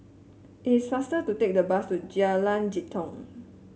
it's faster to take the bus to Jalan Jitong